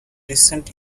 recent